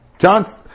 John